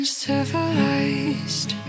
civilized